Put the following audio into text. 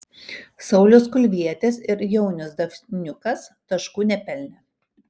saulius kulvietis ir jaunius davniukas taškų nepelnė